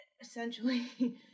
essentially